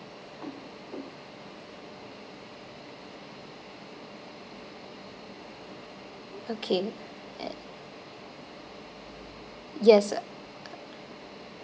okay at yes uh